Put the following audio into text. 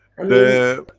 the,